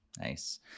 nice